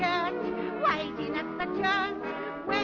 yeah we